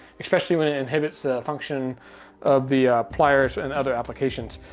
especially when it inhibits the function of the pliers and other applications.